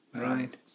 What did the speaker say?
Right